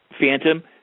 Phantom